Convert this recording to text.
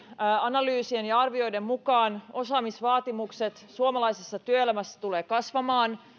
analyysien ja arvioiden mukaan osaamisvaatimukset suomalaisessa työelämässä tulevat kasvamaan